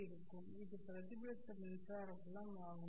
இருக்கும் இது பிரதிபலித்த மின்சார புலம் ஆகும்